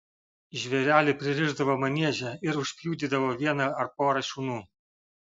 žvėrelį pririšdavo manieže ir užpjudydavo vieną ar porą šunų